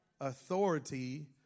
Authority